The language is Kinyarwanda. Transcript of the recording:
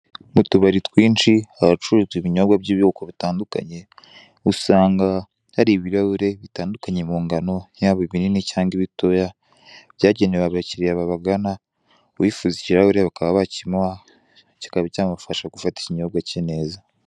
Mu tubari twinshi haracururizwa ibinyobwa by'ubwoko butandukanye, usanga hari ibirahuri bitandukanye mu ngano yaba ibinini cyangwa ibitoya byagenewe abakiriya babagana, uwifuza ikirahure bakaba bakimuha kikaba cyamufasha gufata ikinyobwa cye neza.